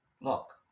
Look